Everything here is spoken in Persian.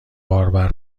باربر